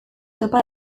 topa